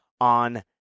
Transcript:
on